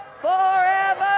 forever